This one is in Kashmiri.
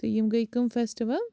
تہٕ یِم گٔے کٕم فیٚسٹِول